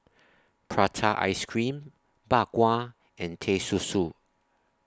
Prata Ice Cream Bak Kwa and Teh Susu